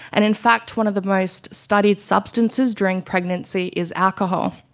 and in fact one of the most studied substances during pregnancy is alcohol.